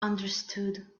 understood